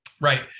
right